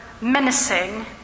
menacing